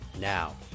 Now